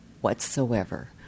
whatsoever